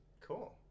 cool